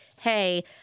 hey